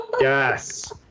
Yes